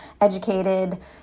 educated